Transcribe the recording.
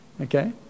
Okay